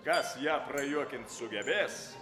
kas ją prajuokint sugebės